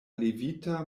levita